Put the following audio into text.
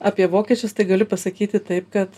apie vokiečius tai galiu pasakyti taip kad